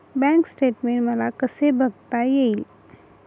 Bank statement मला कसे बघता येईल?